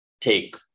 take